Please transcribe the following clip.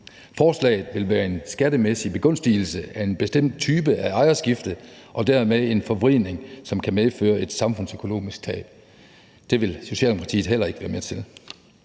Forslaget vil være en skattemæssig begunstigelse af en bestemt type af ejerskifte og dermed en forvridning, som kan medføre et samfundsøkonomisk tab. Det vil Socialdemokratiet heller ikke være med til.